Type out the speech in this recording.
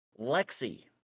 Lexi